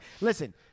Listen